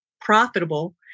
profitable